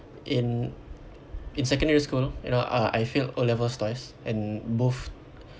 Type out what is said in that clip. in in secondary school you know uh I failed O levels twice and both